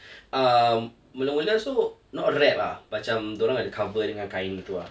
um mula mula so not wrapped ah macam dorang ada cover dengan kain gitu ah